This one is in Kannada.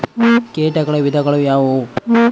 ಕೇಟಗಳ ವಿಧಗಳು ಯಾವುವು?